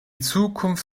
zukunft